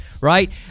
right